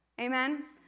Amen